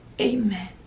Amen